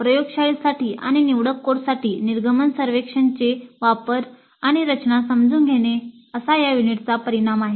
प्रयोगशाळेसाठी आणि निवडक कोर्ससाठी निर्गमन सर्व्हेचे डिझाइन आणि वापर समजून घेणे असा या युनिटचा परिणाम आहे